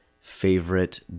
favorite